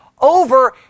over